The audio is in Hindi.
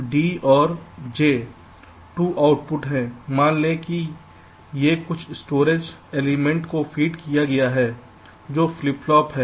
तो D और J 2 आउटपुट हैं मान लें कि ये कुछ स्टोरेज एलिमेंट को फीड किए गए हैं जो फ्लिप फ्लॉप हैं